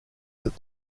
that